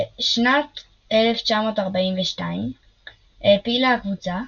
בשנת 1942 העפילה הקבוצה,